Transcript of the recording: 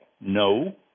No